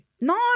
No